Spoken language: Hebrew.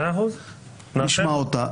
נשמע אותה,